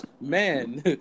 man